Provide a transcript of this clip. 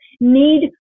need